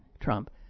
Trump